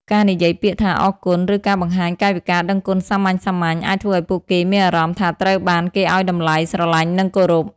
ការនិយាយពាក្យថា "អរគុណ" ឬការបង្ហាញកាយវិការដឹងគុណសាមញ្ញៗ អាចធ្វើឱ្យពួកគេមានអារម្មណ៍ថាត្រូវបានគេឱ្យតម្លៃ ស្រឡាញ់ និងគោរព។